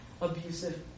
abusive